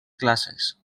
classes